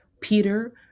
peter